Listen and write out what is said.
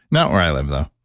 not where i live though.